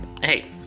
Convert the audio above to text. hey